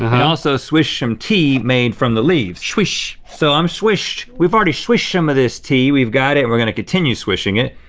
and also swish some tea made from the leaves. swish. so i'm swished, we've already swished some of this tea, we've got it and we're gonna continue swishing it.